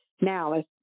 Now